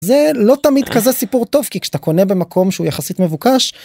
זה לא תמיד כזה סיפור טוב כי כשאתה קונה במקום שהוא יחסית מבוקש.